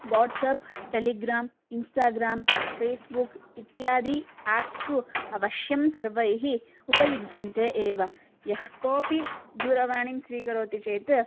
WhatsApp Telegram Instagram Facebook इत्यादि apps तु अवश्यं सर्वैः उपयुज्यन्ते एव यः कोऽपि दूरवाणीं स्वीकरोति चेत्